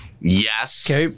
Yes